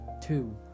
two